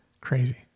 Crazy